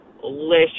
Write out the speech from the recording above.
delicious